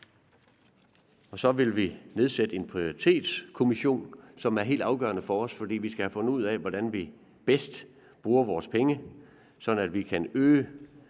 Og så vil vi nedsætte en prioriteringskommission, hvilket er helt afgørende for os. For vi skal have fundet ud af, hvordan vi bedst bruger vores penge, sådan at vi kan øge